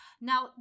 Now